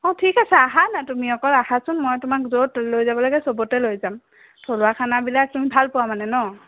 অঁ ঠিক আছে আহা না তুমি অকল আহাচোন মই তোমাক য'ত লৈ যাব লাগে চবতে লৈ যাম থলুৱা খানাবিলাক তুমি ভাল পোৱা মানে ন